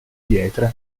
pietre